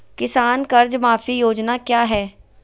किसान कर्ज माफी योजना क्या है?